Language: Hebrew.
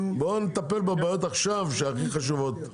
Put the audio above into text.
בואו נטפל בבעיות שהכי חשובות עכשיו,